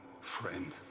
friend